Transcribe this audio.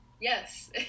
Yes